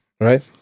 Right